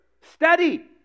Study